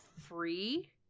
free